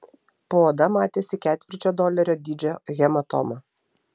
po oda matėsi ketvirčio dolerio dydžio hematoma